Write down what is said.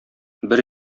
бер